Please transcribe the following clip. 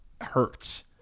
hurts